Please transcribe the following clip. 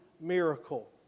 miracle